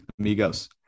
amigos